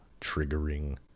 triggering